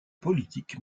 politique